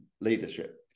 leadership